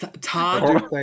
Todd